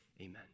Amen